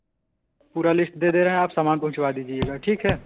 पूरा लिस्ट दे दे रहे हैं आप सामान पहुँचवा दीजिएगा ठीक है